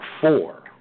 four